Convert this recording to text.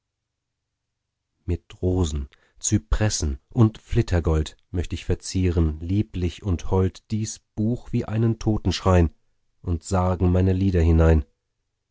mit rosen zypressen und flittergold möcht ich verzieren lieblich und hold dies buch wie einen totenschrein und sargen meine lieder hinein